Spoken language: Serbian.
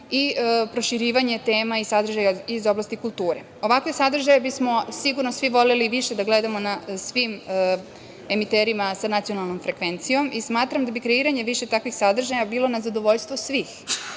i proširivanje tema i sadržaja iz oblasti kulture. Ovakve sadržaje bismo sigurno svi voleli više da gledamo na svim emiterima sa nacionalnom frekvencijom. Smatram da bi kreiranje više takvih sadržaja bilo na zadovoljstvo svih